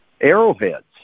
arrowheads